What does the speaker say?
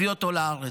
הביא אותו לארץ.